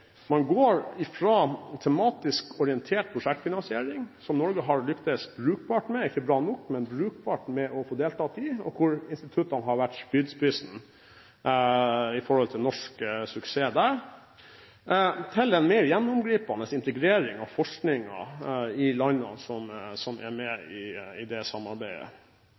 Man går fra tematisk orientert prosjektfinansiering – der Norge har lyktes brukbart, men ikke bra nok, med å få delta, og der instituttene har vært spydspissen når det gjelder norsk suksess – til en mer gjennomgripende integrering av forskningen i landene som er med i det samarbeidet.